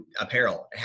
apparel